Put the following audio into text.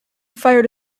fired